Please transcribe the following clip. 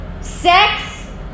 sex